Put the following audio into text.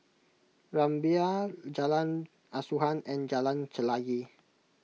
Rumbia Jalan Asuhan and Jalan Chelagi